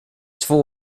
två